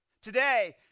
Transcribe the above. Today